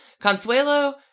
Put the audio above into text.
Consuelo